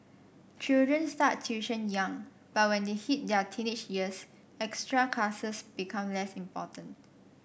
children start tuition young but when they hit their teenage years extra classes become less important